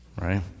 right